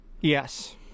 Yes